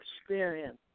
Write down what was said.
experience